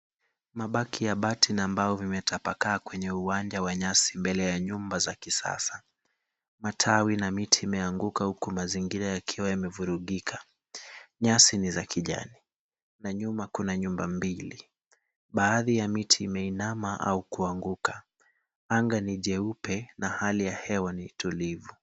Mabaki ya bati na mbao vimetapakaa kwenye uwanja wa nyasi mbele ya nyumba za kisasa. Matawi na miti imeanguka huku mazingira yakiwa yamevurugika. Nyasi ni za kijani na nyuma kuna nyumba mbili. Baadhi ya miti imeinama au kuanguka. Anga ni jeupe na hali ya hewa ni tulivu.